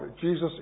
Jesus